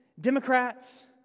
Democrats